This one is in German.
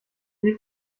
die